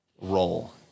role